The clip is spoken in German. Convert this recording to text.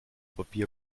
papier